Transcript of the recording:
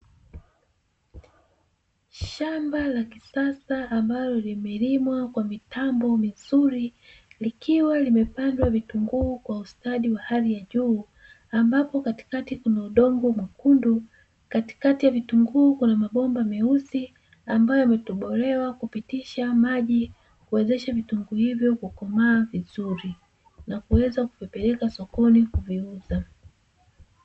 Shamba la kisasa ambalo limelimwa kwa mitambo mizuri, likiwa limepandwa vitunguu kwa ustadi wa hali ya juu, ambapo katikati kuna udongo mwekundu. Katikati ya vitunguu kuna mabomba meusi ambayo yametobolewa kupitisha maji kuwezesha vitunguu hivyo kukomaa vizuri na kuweza kuvipeleka sokoni kuviuza.